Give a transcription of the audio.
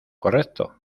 correcto